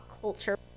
culture